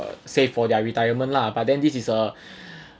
save for their retirement lah but then this is a